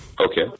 Okay